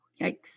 Yikes